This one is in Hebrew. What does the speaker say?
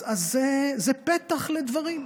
אז זה פתח לדברים,